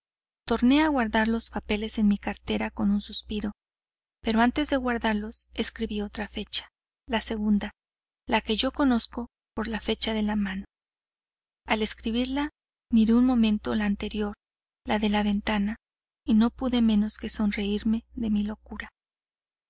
mente torné aguardar los papeles en mi cartera con un suspiro pero antes de guardarlos escribí otra fecha la segunda la que yo conozco por la fecha de la mano al escribirla miré un momento la anterior la de la ventana y no pude menos de sonreirme de mi locura